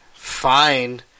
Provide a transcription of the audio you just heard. fine